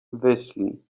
wyszli